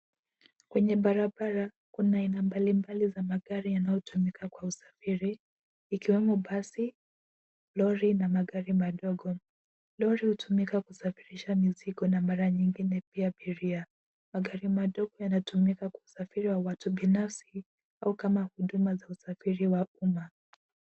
Kwenye barabara, kuna aina mbalimbali za magari yanayotumika kwa usafiri, ikiwemo basi, lori na magari madogo. Lori hutumika kusafirisha mizigo na mara nyingine pia abiria. Magari madogo yanatumika kusafiria watu binafsi au kama huduma za usafiri wa umma.